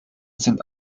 sind